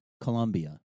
Colombia